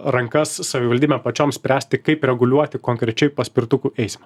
rankas savivaldybėm pačiom spręsti kaip reguliuoti konkrečiai paspirtukų eismą